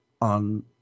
on